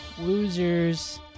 Losers